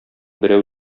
берәү